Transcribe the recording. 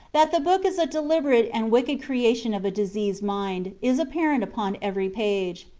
that the book is a deliberate and wicked creation of a diseased mind, is apparent upon every page.